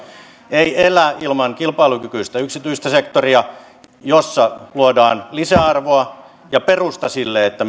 elä ilman kilpailukykyistä yksityistä sektoria jossa luodaan lisäarvoa ja perusta sille että